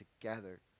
together